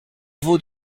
vaut